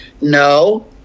No